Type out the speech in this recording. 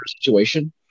situation